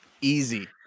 Easy